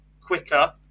quicker